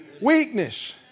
weakness